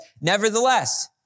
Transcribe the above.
nevertheless